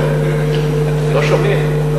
לא שומעים.